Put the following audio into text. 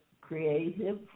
creative